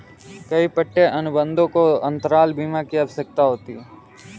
कई पट्टे अनुबंधों को अंतराल बीमा की आवश्यकता होती है